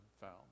found